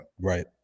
Right